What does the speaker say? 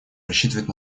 рассчитывать